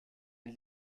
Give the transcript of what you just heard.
ihn